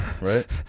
Right